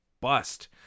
bust